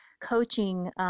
coaching